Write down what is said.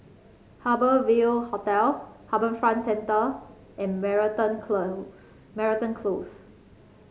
Harbour Ville Hotel HarbourFront Centre and Moreton Close Moreton Close